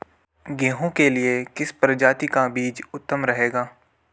गेहूँ के लिए किस प्रजाति का बीज उत्तम रहेगा?